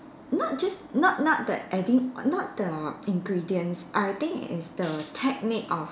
not just not not the adding not the ingredients I think is the technique of